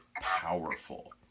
powerful